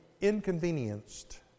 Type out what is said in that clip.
inconvenienced